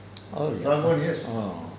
orh